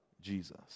Jesus